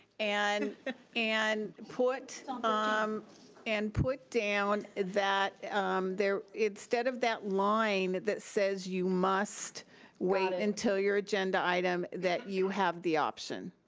and and put ah um and put down that instead of that line that says you must wait until your agenda item that you have the option.